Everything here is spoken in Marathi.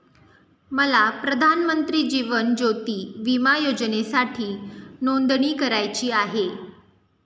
मला प्रधानमंत्री जीवन ज्योती विमा योजनेसाठी नोंदणी करायची आहे